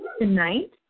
tonight